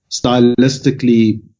stylistically